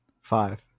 Five